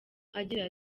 agira